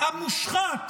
המושחת